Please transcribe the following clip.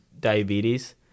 diabetes